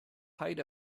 height